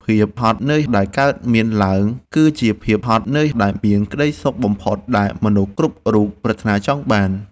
ភាពហត់នឿយដែលកើតមានឡើង គឺជាភាពហត់នឿយដែលមានក្ដីសុខបំផុតដែលមនុស្សគ្រប់រូបប្រាថ្នាចង់បាន។